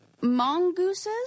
mongooses